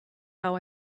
how